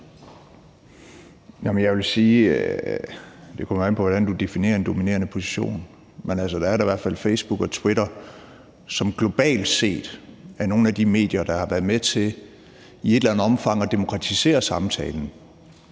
(LA): Jeg vil sige, at det kommer an på, hvordan du definerer en dominerende position. Men der er da i hvert fald Facebook og Twitter, som globalt set er nogle af de medier, der har været med til i et eller andet omfang at demokratisere samtalen.